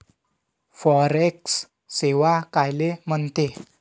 Forex सेवा कायले म्हनते?